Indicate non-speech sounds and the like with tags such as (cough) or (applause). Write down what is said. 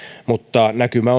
mutta näkymä (unintelligible)